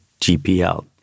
GPL